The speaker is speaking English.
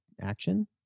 action